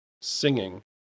singing